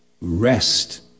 rest